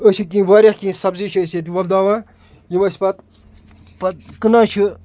أسۍ چھِ کیٚنٛہہ واریاہ کیٚنٛہہ سبزی چھِ أسۍ ییٚتہِ وۄپداوان یِم اَسہِ پَتہٕ پَتہٕ کٕنان چھِ